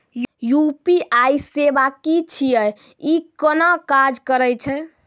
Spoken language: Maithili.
यु.पी.आई सेवा की छियै? ई कूना काज करै छै?